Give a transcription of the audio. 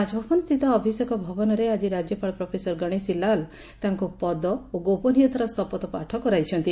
ରାଜଭବନସ୍ଷିତ ଅଭିଷେକ ଭବନରେ ଆକି ରାଜ୍ୟପାଳ ପ୍ରଫେସର ଗଣେଶୀ ଲାଲ ତାଙ୍କୁ ପଦ ଓ ଗୋପନୀୟତାର ଶପଥପାଠ କରାଇଛନ୍ତି